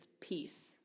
peace